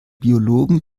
biologen